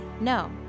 No